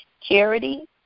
charity